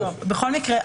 בכל מקרה,